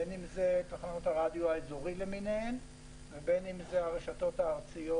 בין אם זה תחנות הרדיו האזוריות ובין אם זה תחנות הרדיו הארציות,